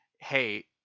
hey